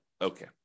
okay